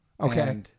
Okay